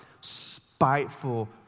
spiteful